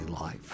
life